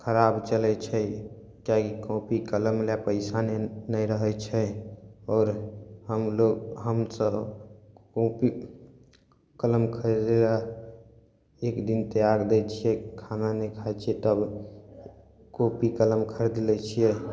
खराब चलै छै तैँ कोपी कलम लए पैसा नहि रहै छै आओर हमलोग हमसब कोपी कलम खरदै लए एक दिन त्यागि दै छियै खाना नहि खाइ छियै तब कोपी कलम खरीद लै छियै